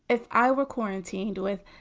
if i were quarantined with